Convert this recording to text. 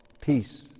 peace